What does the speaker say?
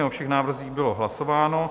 O všech návrzích bylo hlasováno.